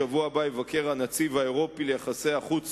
בשבוע הבא יבקר הנציב האירופי ליחסי החוץ סולאנה,